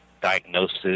diagnosis